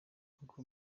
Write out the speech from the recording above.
nkuko